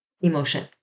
emotion